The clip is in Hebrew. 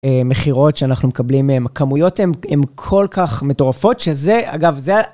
מכירות שאנחנו מקבלים מהן, כמויות הן כל כך מטורפות שזה, אגב זה...